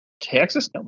Texas